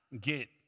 get